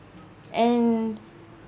and